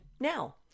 now